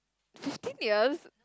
fifteen years